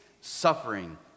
suffering